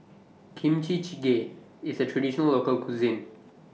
Kimchi Jjigae IS A Traditional Local Cuisine